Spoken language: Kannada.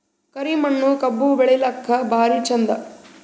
ಕರಿ ಮಣ್ಣು ಕಬ್ಬು ಬೆಳಿಲ್ಲಾಕ ಭಾರಿ ಚಂದ?